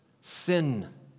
sin